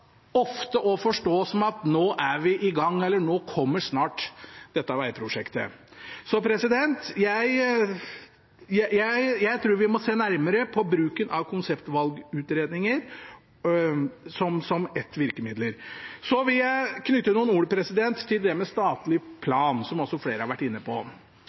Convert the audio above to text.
ofte å forstå slik at nå er vi i gang, eller nå kommer dette vegprosjektet snart. Jeg tror vi må se nærmere på bruken av konseptvalgutredninger som et virkemiddel. Så vil jeg knytte noen ord til dette med statlig plan, som også flere har vært inne på.